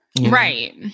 right